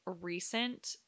recent